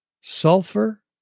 sulfur